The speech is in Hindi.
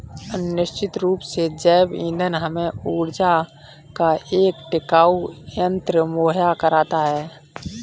निश्चित रूप से जैव ईंधन हमें ऊर्जा का एक टिकाऊ तंत्र मुहैया कराता है